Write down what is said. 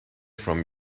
from